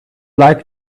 like